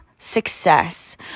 Success